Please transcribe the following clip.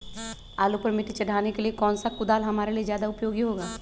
आलू पर मिट्टी चढ़ाने के लिए कौन सा कुदाल हमारे लिए ज्यादा उपयोगी होगा?